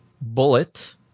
Bullet